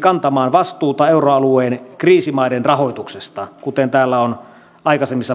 kantamaan vastuuta euroalueen kriisimaiden rahoituksesta kuten täällä on aikaisemmissa puheenvuoroissa todettu